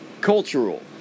cultural